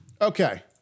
Okay